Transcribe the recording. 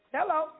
Hello